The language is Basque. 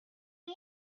eta